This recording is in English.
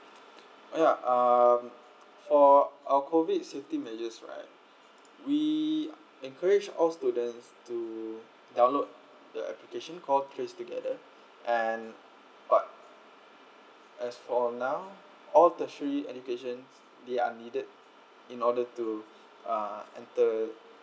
oh yeah um for our COVID safety measures right we encourage all students to download the application call trace together and but as for now all tertiary educations they are needed in order to uh enter